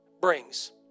brings